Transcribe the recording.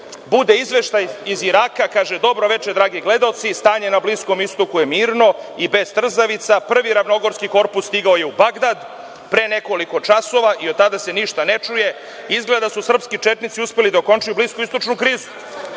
bude izveštaj iz Iraka. Kaže – dobro veče, dragi gledaoci, stanje na Bliskom istoku je mirno i bez trzavica, prvi ravnogorski korpus stigao je u Bagdad pre nekoliko časova i od tada se ništa ne čuje, izgleda su srpski četnici uspeli da okončaju bliskoistočnu krizu.Zašto